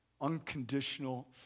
unconditional